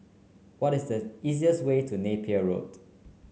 what is the easiest way to Napier Road